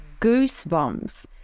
goosebumps